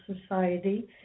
society